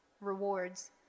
rewards